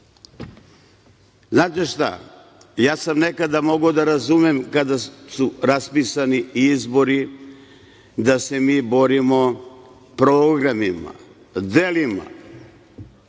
šta, ja sam nekada mogao da razumem, kada su raspisani izbori, da se mi borimo programima, delima.